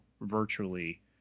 virtually